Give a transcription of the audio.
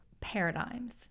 paradigms